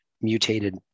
mutated